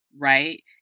Right